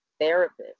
therapist